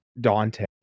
Dante